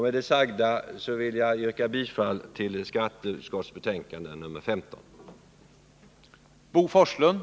Med det sagda vill jag yrka bifall till skatteutskottets hemställan i betänkande nr 15.